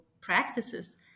practices